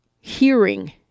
hearing